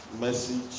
message